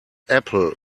apple